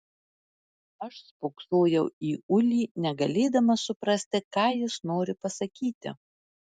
aš spoksojau į ulį negalėdama suprasti ką jis nori pasakyti